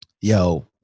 Yo